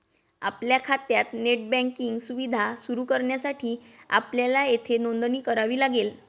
आपल्या खात्यात net banking सुविधा सुरू करण्यासाठी आपल्याला येथे नोंदणी करावी लागेल